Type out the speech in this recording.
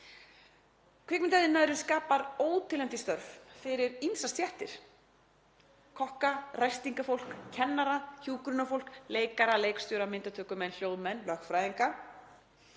Kvikmyndaiðnaðurinn skapar óteljandi störf fyrir ýmsar stéttir, kokka, ræstingafólk, kennara, hjúkrunarfólk, leikara, leikstjóra, myndatökumenn, hljóðmenn, lögfræðinga